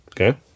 Okay